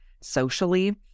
socially